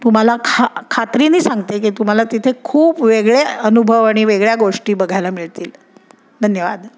तुम्हाला खा खात्रीने सांगते की तुम्हाला तिथे खूप वेगळे अनुभव आणि वेगळ्या गोष्टी बघायला मिळतील धन्यवाद